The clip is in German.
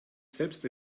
selbst